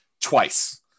twice